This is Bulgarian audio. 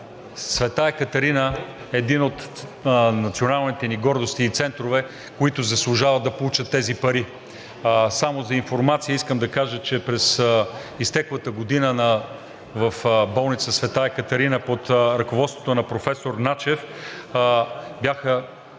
„Света Екатерина“ е една от националните ни гордости и центрове, които заслужават да получат тези пари. Само за информация искам да кажа, че през изтеклата година в болница „Света Екатерина“ под ръководството на професор Начев бяха